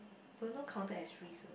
don't know counted as risk or not